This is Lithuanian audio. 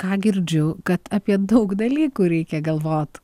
ką girdžiu kad apie daug dalykų reikia galvot